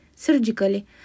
Surgically